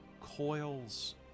Coils